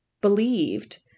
believed